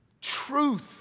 truth